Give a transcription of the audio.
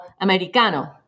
americano